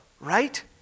right